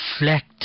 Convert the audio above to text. reflect